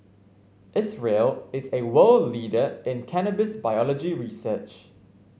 Israel is a world leader in cannabis biology research